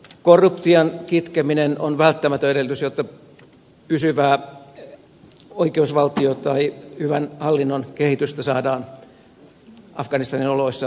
korruption kitkeminen on välttämätön edellytys jotta pysyvää oikeusvaltio tai hyvän hallinnon kehitystä saadaan afganistanin oloissa syntymään